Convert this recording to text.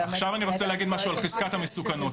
--- עכשיו אני רוצה להגיד משהו על חזקת המסוכנות.